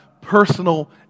personal